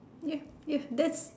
ya ya that's